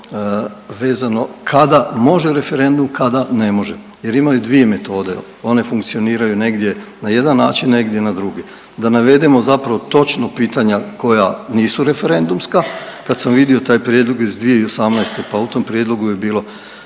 vezano kada može referendum kada ne može jer imaju dvije metode, one funkcioniraju negdje na jedan način, negdje na drugi, da navedemo zapravo točno pitanja koja nisu referendumska. Kad sam vidio taj prijedlog iz 2018. pa u tom prijedlogu je bilo